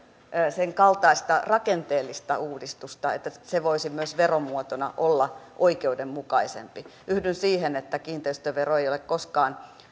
sen kaltaista rakenteellista uudistusta että se voisi myös veromuotona olla oikeudenmukaisempi yhdyn siihen että kiinteistövero ei ole koskaan